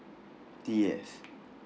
T_S